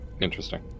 interesting